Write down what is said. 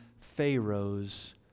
Pharaoh's